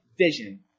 vision